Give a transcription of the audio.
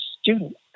student